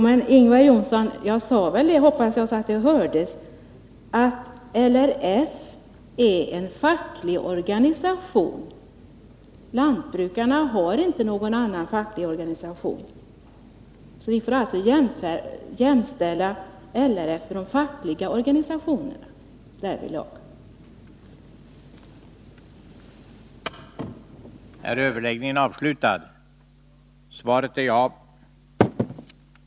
Herr talman! Talade jag inte så att det hördes? Jag sade att LRF är en facklig organisation. Lantbrukarna har inte någon annan facklig organisation. Vi får alltså jämställa LRF med de fackliga organisationerna därvidlag.